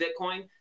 Bitcoin